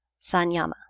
Sanyama